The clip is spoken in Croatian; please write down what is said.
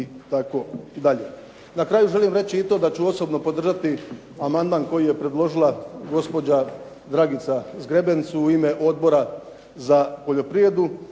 Na kraju želim reći i to da ću osobno podržati amandman koji je predložila gospođa Dragica Zgrebec u ime Odbora za poljoprivredu,